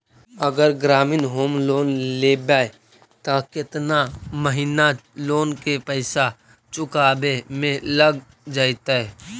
अगर ग्रामीण home loan लेबै त केतना महिना लोन के पैसा चुकावे में लग जैतै?